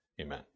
Amen